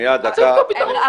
אז צריך פה פתרון.